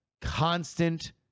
constant